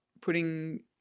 putting